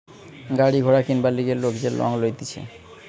গাড়ি ঘোড়া কিনবার লিগে লোক যে লং লইতেছে